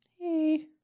Hey